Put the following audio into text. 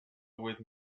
with